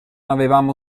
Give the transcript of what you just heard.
avevamo